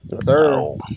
sir